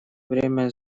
время